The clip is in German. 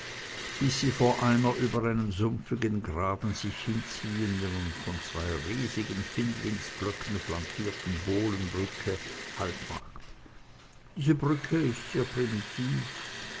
bis sie vor einer über einen sumpfigen graben sich hinziehenden und von zwei riesigen findlingsblöcken flankierten bohlenbrücke haltmacht diese brücke ist sehr primitiv